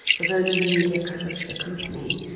with only the media coverage for company,